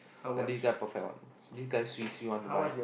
but this guy perfect what this guy swee swee want to buy